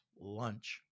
lunch